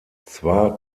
zwar